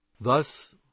Thus